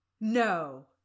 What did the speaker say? No